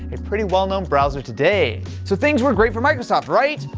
and pretty well known browser today. so things were great for microsoft, right?